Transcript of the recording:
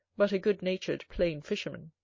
but a good-natured plain fisherman.